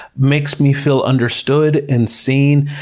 makes me feel understood and seen,